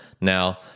Now